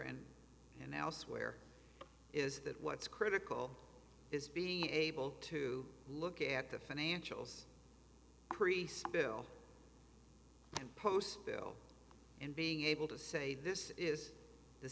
and and elsewhere is that what's critical is being able to look at the financials crease bill and post bill and being able to say this is the